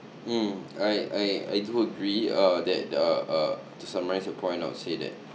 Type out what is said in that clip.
mm I I I do agree uh that the uh to summarise your point I'll say that